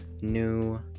new